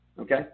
Okay